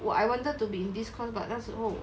what I wanted to be in this course but 那时候